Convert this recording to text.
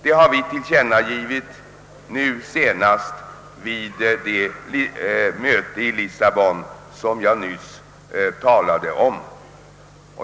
Det har vi tillkännagivit senast vid det möte i Lissabon, som jag nyss talade om.